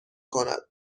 کند